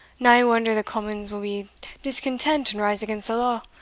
nae wonder the commons will be discontent and rise against the law,